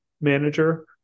manager